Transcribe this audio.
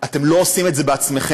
אתם לא עושים את זה בעצמכם,